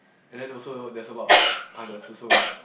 and then also there's a lot others also